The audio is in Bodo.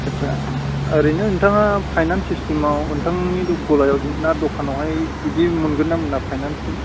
आच्चा ओरैनो नोंथाङा फाइनेन्स सिस्टेमाव नोंथांनि गलायाव ना दखानावहाय बिदि मोनगोन ना मोना फाइनेन्सनि